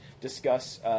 discuss